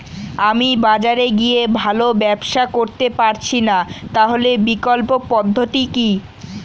আমি বাজারে গিয়ে ভালো ব্যবসা করতে পারছি না তাহলে বিকল্প পদ্ধতি কি?